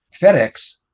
FedEx